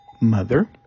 mother